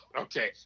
Okay